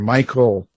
Michael